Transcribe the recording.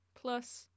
plus